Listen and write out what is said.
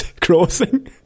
crossing